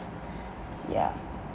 yeah